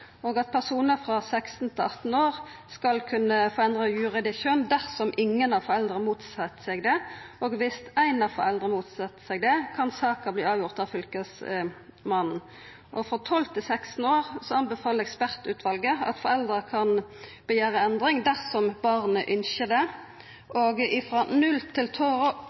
og at personar frå 16 til 18 år skal kunna få endra juridisk kjønn dersom ingen av foreldra motset seg det. Viss éin av foreldra motset seg det, kan saka verta avgjord av Fylkesmannen. For dei mellom 12 og 16 år anbefaler ekspertutvalet at foreldra kan krevja endring dersom barnet ønskjer det, og